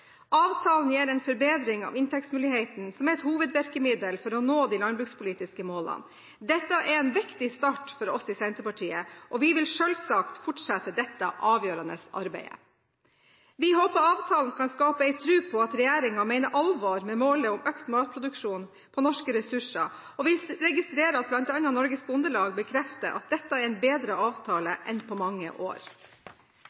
Avtalen gir en forbedring av inntektsmulighetene, som er et hovedvirkemiddel for å nå de landbrukspolitiske målene. Dette er en viktig start for oss i Senterpartiet, og vi vil selvsagt fortsette dette avgjørende arbeidet. Vi håper avtalen kan skape en tro på at regjeringen mener alvor med målet om økt matproduksjon på norske ressurser, og vi registrerer at bl.a. Norges Bondelag bekrefter at dette er en bedre avtale